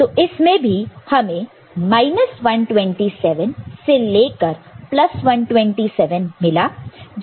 तो इसमें भी हमें 127 से लेकर 127 मिला जिसमें 0 भी शामिल है